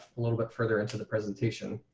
a little bit further into the presentation.